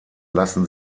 lassen